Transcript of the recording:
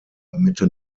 mitte